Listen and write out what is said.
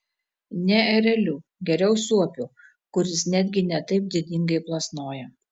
ne ereliu geriau suopiu kuris netgi ne taip didingai plasnoja